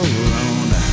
alone